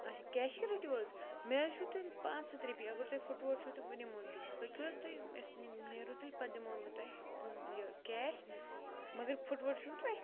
اچھا کیشی رٔٹِو حظ مےٚ حظ چھُ تیٚلہِ پانٛژھ ہَتھ رۄپیہِ اگر تۄہہِ فُٹووٹ چھُو تہٕ بہٕ نِمو تیٚلہِ پٔکِو حظ تُہۍ أسۍ نیرو تیٚلہِ پَتہٕ دِمو بہٕ تۄہہِ کیش مگر فُٹووٹ چھُوٕ تۄہہِ